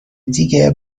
دیگه